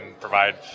provide